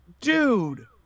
dude